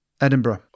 Edinburgh